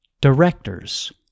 Directors